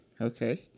okay